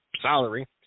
salary